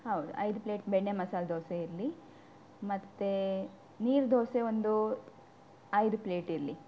ಹೌದು ಐದು ಪ್ಲೇಟ್ ಬೆಣ್ಣೆ ಮಸಾಲೆ ದೋಸೆ ಇರಲಿ ಮತ್ತು ನೀರು ದೋಸೆ ಒಂದು ಐದು ಪ್ಲೇಟ್ ಇರಲಿ